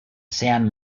san